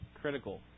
critical